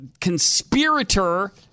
conspirator